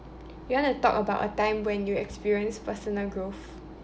you want to talk about a time when you experienced personal growth